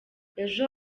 ejo